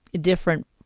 different